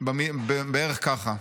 בערך כך: